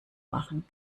machen